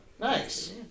Nice